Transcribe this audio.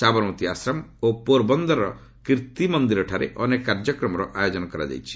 ସାବରମତୀ ଆଶ୍ରମ ଓ ପୋର୍ ବନ୍ଦରର କୀର୍ତ୍ତି ମନ୍ଦିରଠାରେ ଅନେକ କାର୍ଯ୍ୟକ୍ରମର ଆୟୋଜନ କରାଯାଇଛି